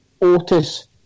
Otis